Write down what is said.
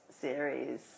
series